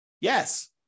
Yes